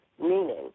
meaning